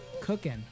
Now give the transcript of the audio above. cooking